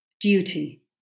duty